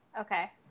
okay